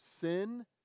sin